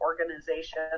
Organization